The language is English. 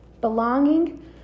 belonging